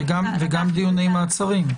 וגם דיוני מעצרים.